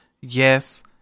yes